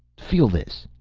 feel this,